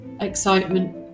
excitement